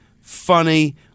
funny